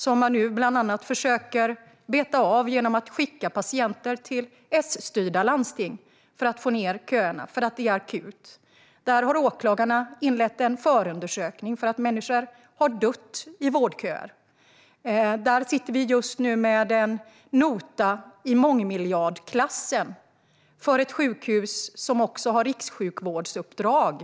Nu försöker man bland annat minska köerna genom att skicka patienter till S-styrda landsting, för det är akut. Åklagarna har inlett en förundersökning, eftersom människor har dött i vårdköer. Vi sitter just nu med en nota i mångmiljardklassen för ett sjukhus som också har rikssjukvårdsuppdrag.